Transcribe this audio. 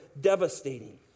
devastating